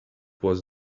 was